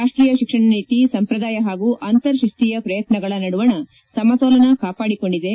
ರಾಷ್ವೀಯ ಶಿಕ್ಷಣ ನೀತಿ ಸಂಪ್ರದಾಯ ಹಾಗೂ ಅಂತರ್ ಶಿಸ್ತಿಯ ಪ್ರಯತ್ನಗಳ ನದುವಣ ಸಮತೋಲನ ಕಾಪಾಡಿಕೊಂಡಿದೆ